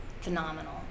phenomenal